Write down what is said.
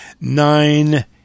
nine